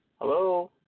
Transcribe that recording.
Hello